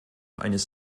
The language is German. eines